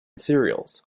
cereals